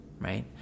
right